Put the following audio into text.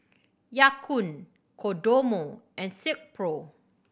Ya Kun Kodomo and Silkpro